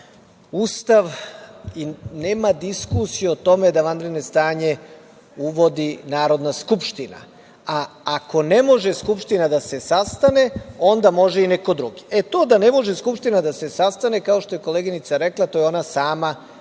Ustav i nema diskusije o tome da vanredno stanje uvodi Narodna skupština, a ako ne može Skupština da se sastane, onda može i neko drugi. E to da ne može Skupština da se sastane, kao što je koleginica rekla, to je ona sama